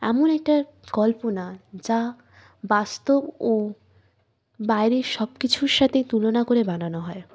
এমন একটা কল্পনা যা বাস্তব ও বাইরের সব কিছুর সাথে তুলনা করে বানানো হয়